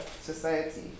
society